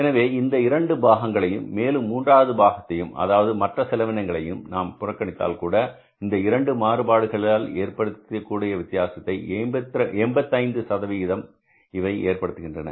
எனவே இந்த இரண்டு பாகங்களையும் மேலும் மூன்றாவது பாகத்தையும் அதாவது மற்ற செலவினங்களையும் நாம் புறக்கணித்தால் கூட இந்த இரண்டு மாறுபாடுகளை ஏற்படக்கூடிய வித்தியாசத்தை 85 இவை ஏற்படுத்துகின்றன